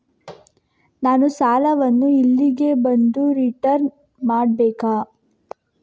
ನಾನು ಸಾಲವನ್ನು ಇಲ್ಲಿಗೆ ಬಂದು ರಿಟರ್ನ್ ಮಾಡ್ಬೇಕಾ?